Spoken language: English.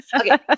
Okay